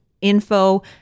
info